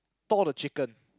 thaw the chicken